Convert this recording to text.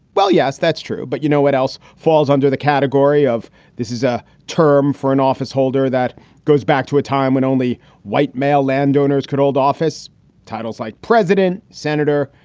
well, yes, that's true. but you know, what else falls under the category of this is a term for an office holder that goes back to a time when only white male landowners could hold office titles like president, senator,